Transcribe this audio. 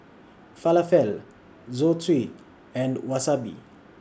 Falafel Zosui and Wasabi